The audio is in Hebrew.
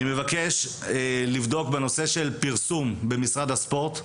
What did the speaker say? אני מבקש לבדוק בנושא של פרסום במשרד הספורט,